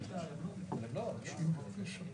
לא עברו תיקון,